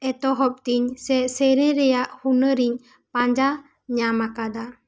ᱮᱛᱚᱦᱚᱵ ᱛᱮᱧ ᱥᱮ ᱥᱮᱨᱮᱧ ᱨᱮᱭᱟᱜ ᱦᱩᱱᱟᱹᱨ ᱤᱧ ᱯᱟᱸᱡᱟ ᱧᱟᱢ ᱟᱠᱟᱫᱟ